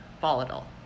volatile